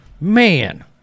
man